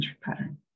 pattern